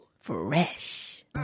Fresh